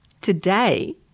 Today